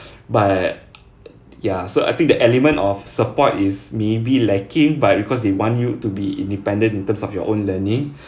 but ya so I think the element of support is maybe lacking but because they want you to be independent in terms of your own learning